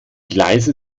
gleise